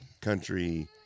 country